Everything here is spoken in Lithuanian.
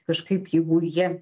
kažkaip jeigu jie